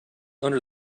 under